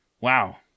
Wow